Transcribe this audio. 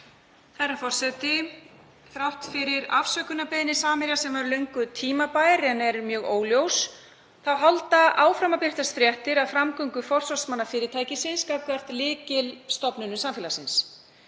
Herra forseti. Þrátt fyrir afsökunarbeiðni Samherja, sem var löngu tímabær en er mjög óljós, þá halda áfram að birtast fréttir af framgöngu forsvarsmanna fyrirtækisins gagnvart lykilstofnunum samfélagsins.